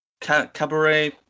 Cabaret